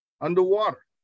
underwater